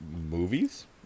Movies